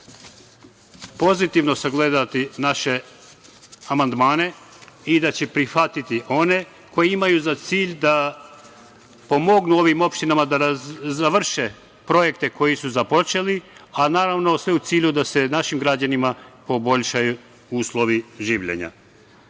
pozitivno sagledati naše amandmane i da će prihvatiti one koji imaju za cilj da pomognu ovim opštinama da završe projekte koji su započeli, a sve u cilju da se našim građanima poboljšaju uslovi življenja. To